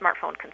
smartphone